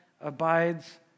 abides